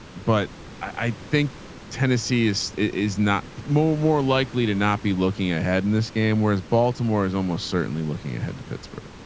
but i think tennessee is, is not more more likely to not be looking ahead in this game. whereas baltimore is almost certainly looking ahead to pittsburgh.